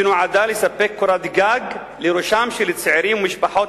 והיא נועדה לספק קורת גג לראשם של צעירים ומשפחות